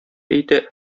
итә